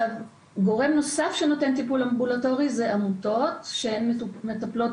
גורם נוסף שנותן טיפול אמבולטורי זה עמותות שמטפלות